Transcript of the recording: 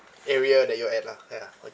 area that you're at lah ya okay